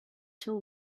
till